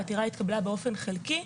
העתירה התקבלה באופן חלקי,